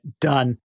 Done